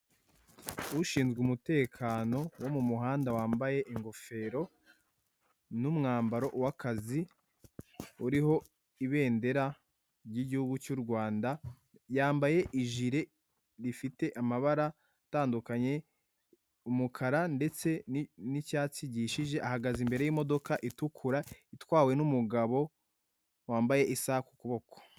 Ushinzwe umutekano wo mu muhanda wambaye ingofero n'umwambaro w'akazi, uriho ibendera ry'igihugu cy'u Rwanda, yambaye ijire rifite amabara atandukanye, umukara ndetse n'icyatsi gihishije, ahagaze imbere y'imodoka itukura, itwawe n'umugabo wambaye isaha ku kuboko.